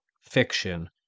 fiction